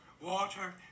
water